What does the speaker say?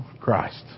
Christ